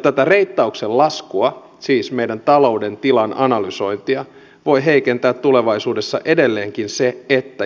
tätä reittauksen laskua siis meidän talouden tilan analysointia voi heikentää tulevaisuudessa edelleenkin se